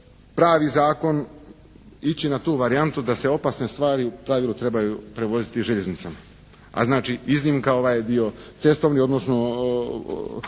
pravi zakon, ići na tu varijantu da se opasne stvari u pravilu trebaju prevoziti željeznicama, a znači iznimka ovaj je dio cestovni, odnosno